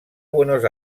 buenos